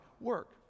work